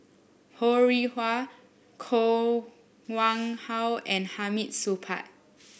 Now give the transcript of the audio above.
Ho Rih Hwa Koh Nguang How and Hamid Supaat